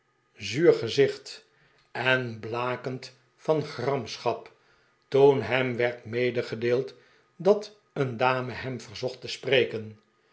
zuur gezicht en blakend van gramschap toen hem werd medegedeeld dat een dame hem verzochj te spreken